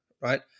right